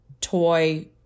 toy